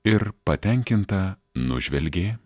ir patenkinta nužvelgė